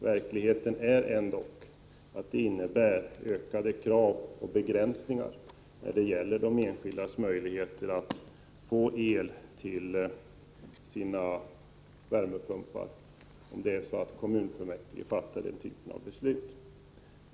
Verkligheten är ändå att det innebär ökade krav och begränsningar för de enskildas möjligheter att få elektricitet till sina värmepumpar, om kommunfullmäktige skulle fatta den typen av beslut.